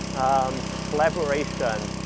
um, collaboration,